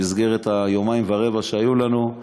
במסגרת היומיים-ורבע שהיו לנו,